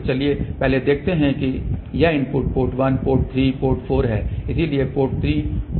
तो चलिए पहले देखते हैं कि यह इनपुट पोर्ट 1 पोर्ट 3 पोर्ट 4 है